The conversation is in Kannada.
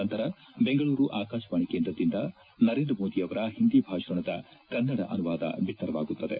ನಂತರ ಬೆಂಗಳೂರು ಆಕಾಶವಾಣಿ ಕೇಂದ್ರದಿಂದ ನರೇಂದ್ರ ಮೋದಿಯವರ ಹಿಂದಿ ಭಾಷಣದ ಕನ್ನಡ ಅನುವಾದ ಬಿತ್ತರವಾಗುತ್ತದೆ